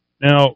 Now